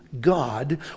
God